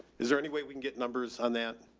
is there any way we can get numbers on that?